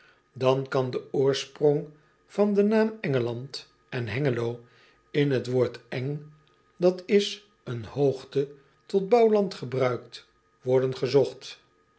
dan kan de oorsprong van den naam n g e l a n d en e n g e l o in het woord e n g dat is een h o o g t e tot bouwland gebruikt worden gezocht